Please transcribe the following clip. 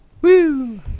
Woo